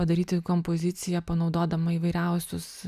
padaryti kompoziciją panaudodama įvairiausius